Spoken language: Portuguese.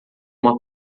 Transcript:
uma